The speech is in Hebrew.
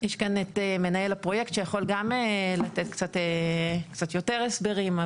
יש כאן את מנהל הפרויקט שיכול גם לתת קצת יותר הסברים,